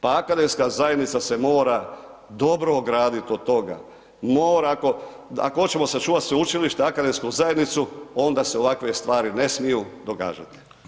Pa akademska zajednica se mora dobro ogradit od toga, mora ako hoćemo sačuvati sveučilište, akademsku zajednicu, onda se ovakve stvari ne smiju događati.